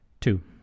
Two